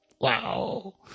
Wow